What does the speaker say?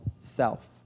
self